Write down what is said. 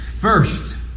first